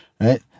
right